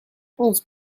onze